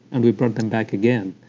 and we brought them back again.